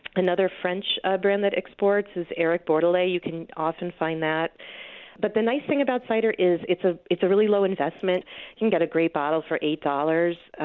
another french brand that exports is eric bordelet you can often find that but the nice thing about cider is it's ah it's a really low investment. you can get a great bottle for eight dollars,